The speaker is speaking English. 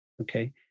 Okay